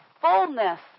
fullness